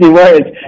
words